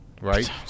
right